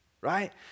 Right